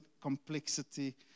complexity